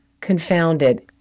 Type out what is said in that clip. confounded